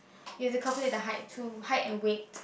is it calculate the height too height and weight